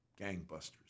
gangbusters